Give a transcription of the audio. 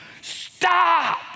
stop